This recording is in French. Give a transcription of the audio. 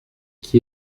qui